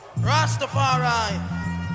Rastafari